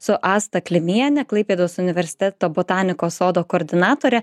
su asta klimiene klaipėdos universiteto botanikos sodo koordinatore